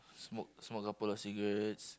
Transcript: smoke smoke a couple of cigarettes